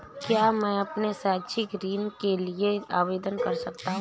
क्या मैं अपने शैक्षिक ऋण के लिए आवेदन कर सकता हूँ?